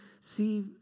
see